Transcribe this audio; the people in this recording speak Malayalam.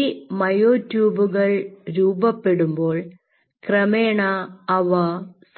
ഈ മയോട്യൂബുകൾ രൂപപ്പെടുമ്പോൾ ക്രമേണ അവ